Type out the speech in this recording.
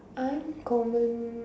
uncommon